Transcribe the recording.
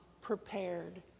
prepared